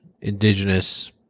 indigenous